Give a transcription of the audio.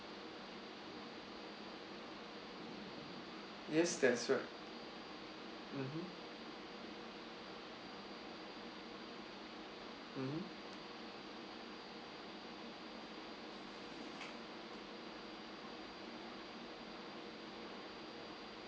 yes that's right mmhmm mmhmm